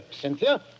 Cynthia